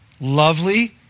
lovely